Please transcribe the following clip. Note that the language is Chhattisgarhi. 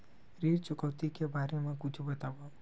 ऋण चुकौती के बारे मा कुछु बतावव?